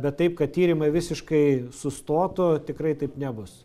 bet taip kad tyrimai visiškai sustotų tikrai taip nebus